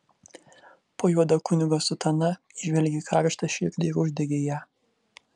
po juoda kunigo sutana įžvelgei karštą širdį ir uždegei ją